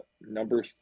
number